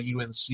UNC